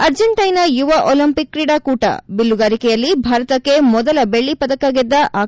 Argentina ಯುವ Olympic ಕ್ರೀಡಾಕೂಟ ಬಿಲ್ಲುಗಾರಿಕೆಯಲ್ಲಿ ಭಾರತಕ್ಕೆ ಮೊದಲ ಬೆಳ್ಳ ಪದಕ ಗೆದ್ದ ಆಕಾಶ್ ಮಲ್ಲಿಕ್